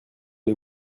les